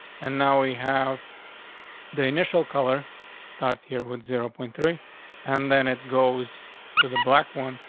and now we have the initial color starts here with zero point three and then it goes to the black one,